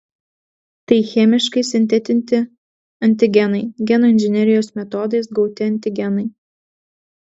tai chemiškai sintetinti antigenai genų inžinerijos metodais gauti antigenai